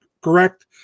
correct